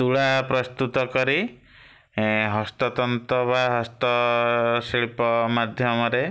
ତୁଳା ପ୍ରସ୍ତୁତ କରି ହସ୍ତତନ୍ତ ବା ହସ୍ତଶିଳ୍ପ ମାଧ୍ୟମରେ